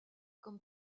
comme